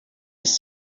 was